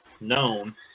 known